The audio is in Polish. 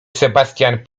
sebastian